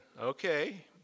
Okay